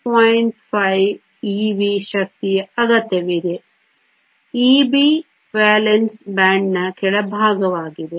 5 eV ಶಕ್ತಿಯ ಅಗತ್ಯವಿದೆ EB valence ಬ್ಯಾಂಡ್ನ ಕೆಳಭಾಗವಾಗಿದೆ